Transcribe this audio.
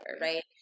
right